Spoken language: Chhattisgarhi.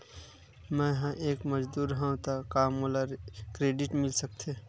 मैं ह एक मजदूर हंव त का मोला क्रेडिट मिल सकथे?